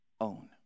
own